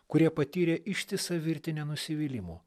kurie patyrė ištisą virtinę nusivylimų